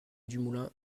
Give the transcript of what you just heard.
dumoulin